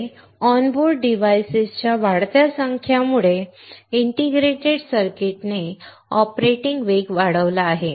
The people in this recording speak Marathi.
पुढे ऑनबोर्ड डिव्हाइसेसच्या वाढत्या संख्येमुळे इंटिग्रेटेड सर्किट्स ने ऑपरेटिंग वेग वाढविला आहे